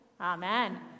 Amen